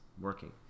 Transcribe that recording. working